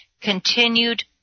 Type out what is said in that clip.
continued